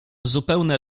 zupełne